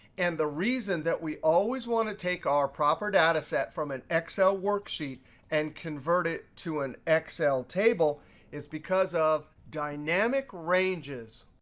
and the reason that we always want to take our proper data set from an excel worksheet and convert it to an excel table is because of dynamic ranges.